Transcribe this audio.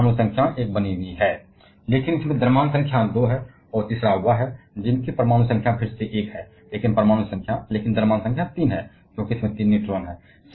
तो परमाणु संख्या एक बनी हुई है लेकिन द्रव्यमान संख्या इस मामले में 2 है और तीसरे नंबर पर जिसकी परमाणु संख्या फिर से एक है लेकिन द्रव्यमान संख्या 3 है क्योंकि इसमें 3 न्यूट्रॉन हैं